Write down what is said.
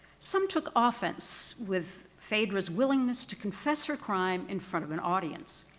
some took offense with phaedra's willingness to confess her crime in front of an audience.